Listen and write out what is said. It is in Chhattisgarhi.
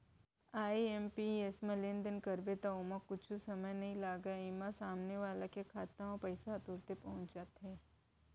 आई.एम.पी.एस म लेनदेन करबे त ओमा कुछु समय नइ लागय, एमा सामने वाला के खाता म पइसा ह तुरते पहुंच जाथे